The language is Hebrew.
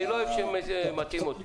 אני לא אוהב שמטעים אותי.